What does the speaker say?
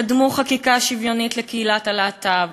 קדמו חקיקה שוויונית לקהילת הלהט"ב,